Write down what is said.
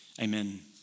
Amen